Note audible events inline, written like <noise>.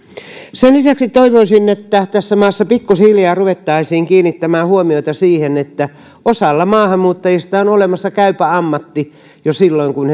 sen lisäksi toivoisin että tässä maassa pikkuhiljaa ruvettaisiin kiinnittämään huomiota siihen että osalla maahanmuuttajista on olemassa käypä ammatti jo silloin kun <unintelligible>